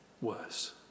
worse